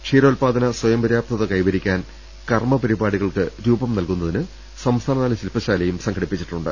ക്ഷീരോത്പാദന സ്വയം പര്യാപ്തത കൈവരിക്കാൻ കർമ്മപരിപാടികൾക്ക് രൂപം നൽകുന്നതിന് സംസ്ഥാനതല ശിൽപശാല സംഘടിപ്പിച്ചിട്ടുണ്ട്